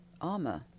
armor